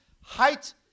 height